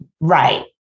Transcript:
Right